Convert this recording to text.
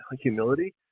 humility